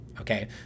okay